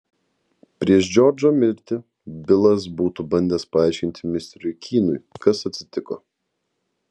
prieš džordžo mirtį bilas būtų bandęs paaiškinti misteriui kynui kas atsitiko